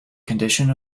condition